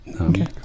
Okay